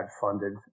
funded